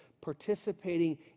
participating